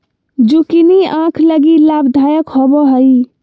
zucchini आंख लगी लाभदायक होबो हइ